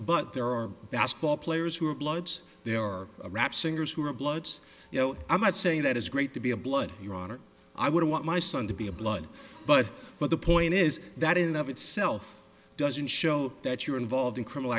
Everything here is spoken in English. but there are basketball players who are bloods there are a rap singers who are bloods you know i'm not saying that is great to be a blood your honor i would want my son to be a blood but but the point is that in of itself doesn't show that you're involved in criminal